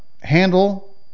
handle